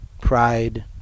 pride